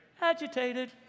agitated